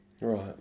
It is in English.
Right